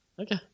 Okay